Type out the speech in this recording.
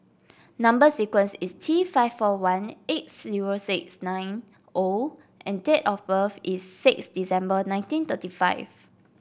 number sequence is T five four one eight zero six nine O and date of birth is six December nineteen thirty five